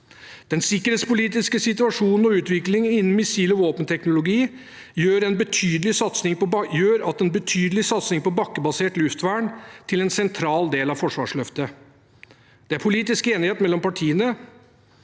Den sikkerhetspolitiske situasjonen og utvikling innen missil- og våpenteknologi gjør en betydelig satsing på bakkebasert luftvern til en sentral del av Forsvarsløftet. Det er politisk enighet mellom partiene